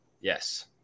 Yes